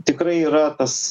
tikrai yra tas